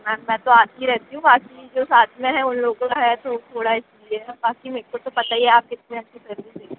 ma'am मैं तो आती रहती हूँ बाकी जो साथ में है उन लोगों का है तो वो थोड़ा इस लिए बाक़ी मे को तो पता ही है आप कितनी अच्छी सर्विस देती